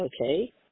Okay